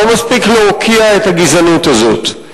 לא מספיק להוקיע את הגזענות הזאת.